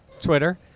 Twitter